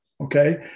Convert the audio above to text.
Okay